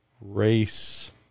race